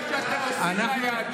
זה מה שאתם עושים ליהדות.